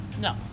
No